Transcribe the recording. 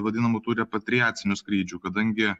vadinamų tų repatriacinių skrydžių kadangi